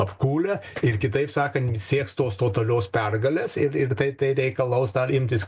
apkūlę ir kitaip sakan sieks tos totalios pergalės ir ir taip tai reikalaus imtis